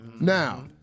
Now